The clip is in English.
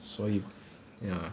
所以 ya